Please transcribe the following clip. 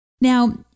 Now